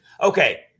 Okay